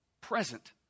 present